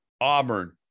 Auburn